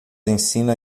ensina